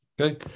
okay